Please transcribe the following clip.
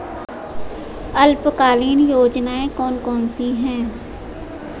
अल्पकालीन योजनाएं कौन कौन सी हैं?